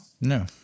No